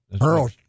Earl